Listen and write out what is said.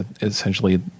essentially